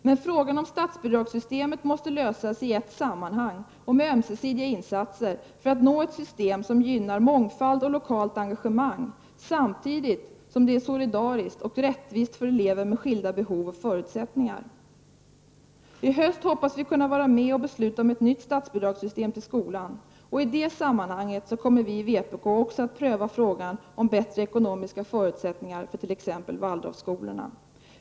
Men frågan om statsbidragssystemet måste lösas i ett sammanhang och med ömsesidiga insatser för att vi skall få ett system som gynnar mångfald och lokalt engagemang, samtidigt som det är rättvist och solidariskt för elever med skilda behov och förutsättningar. I höst hoppas vi kunna vara med och besluta om ett nytt statsbidragssystem till skolan, och i det sammanhanget kommer vi i vpk att också pröva frågan om bättre ekonomiska förutsättningar för t.ex. Waldorfskolorna.